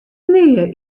nea